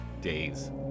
days